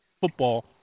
football